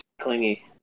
clingy